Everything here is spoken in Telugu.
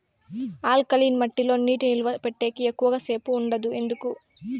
ఆల్కలీన్ మట్టి లో నీటి నిలువ పెట్టేకి ఎక్కువగా సేపు ఉండదు ఎందుకు